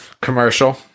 commercial